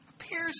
appears